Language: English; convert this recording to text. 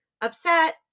upset